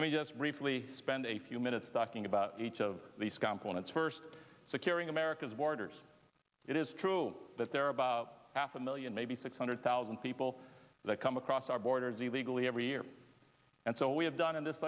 i just briefly spend a few minutes talking about each of these components first securing america's borders it is true that there are about half a million maybe six hundred thousand people that come across our borders illegally every year and so we have done in this